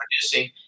producing